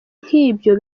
nk’ibyo